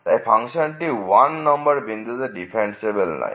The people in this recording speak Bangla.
তাই ফাংশনটি 1 নম্বর বিন্দুতে ডিফারেন্সিএবেল নয়